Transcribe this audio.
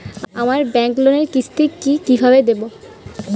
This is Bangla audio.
আমার ব্যাংক লোনের কিস্তি কি কিভাবে দেবো?